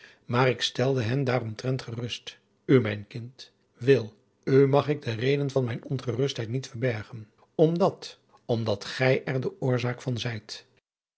maar ik stelde hen daaromtrent gerust u mijn kind wil u mag ik de reden van mijne ongerustheid niet verbergen omdat omdat gij er de oorzaak van zijt